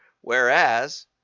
whereas